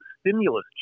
stimulus